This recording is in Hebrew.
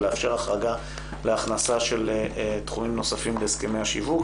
ולאפשר החרגה להכנסה של תחומים נוספים להסכמי השיווק